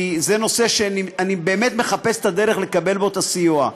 כי זה נושא שאני באמת מחפש את הדרך לקבל בו את הסיוע.